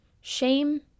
Shame